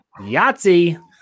Yahtzee